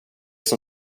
som